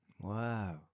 Wow